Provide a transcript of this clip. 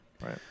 Right